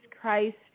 Christ